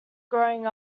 growing